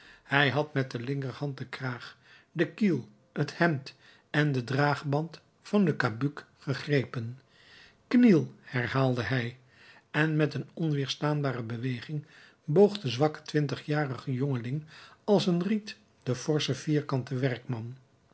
hij had met de linkerhand den kraag den kiel het hemd en den draagband van le cabuc gegrepen kniel herhaalde hij en met een onweerstaanbare beweging boog de zwakke twintigjarige jongeling als een riet den forschen vierkanten werkman